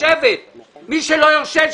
מי שלא יושב,